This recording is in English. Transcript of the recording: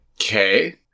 Okay